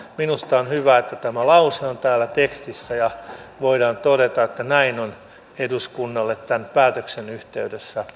minusta on hyvä että tämä lause on täällä tekstissä ja voidaan todeta että näin on eduskunnalle tämän päätöksen yhteydessä luvattu